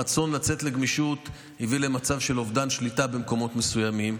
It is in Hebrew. הרצון לצאת לגמישות הביא למצב של אובדן שליטה במקומות מסוימים.